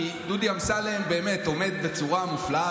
כי דודי אמסלם באמת עומד בצורה מופלאה,